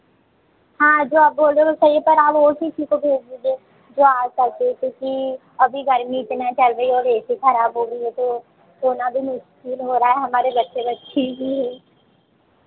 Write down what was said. हाँ जो आप बोल रहे हो वो सही है पर आप और किसी को भेज दीजिए जो आ सके क्योंकि अभी गर्मी इतनी चल रही है और ए सी खराब हो गई है तो सोना भी मुश्किल हो रहा है हमारे बच्चे बच्ची भी हैं